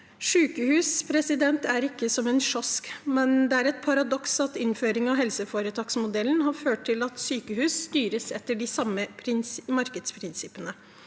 Sykehus er ikke som en kiosk, men det er et paradoks at innføring av helseforetaksmodellen har ført til at sykehus styres etter de samme markedsprinsippene.